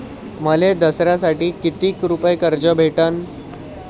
मले दसऱ्यासाठी कितीक रुपये कर्ज भेटन?